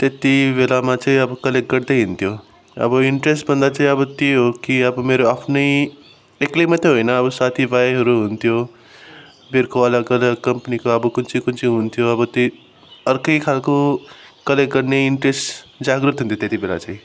त्यति बेलामा चाहिँ अब कलेक्ट गर्दै हिँड्थ्यो अब इन्टरेस्ट भन्दा चाहिँ अब त्यो हो कि अब मेरो आफ्नै एक्लै मात्रै होइन अब साथी भाइहरू हुन्थ्यो बिर्को अलग अलग कम्पनीको अब कुन चाहिँ कुन चाहिँ हुन्थ्यो अब त्यही अर्कै खालको कलेक्ट गर्ने इन्टरेस्ट जागरुक हुन्थ्यो त्यति बेला चाहिँ